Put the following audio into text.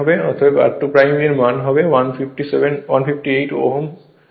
অতএব r2 এর মান 0158 ohm হবে